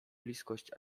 bliskość